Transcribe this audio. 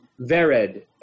Vered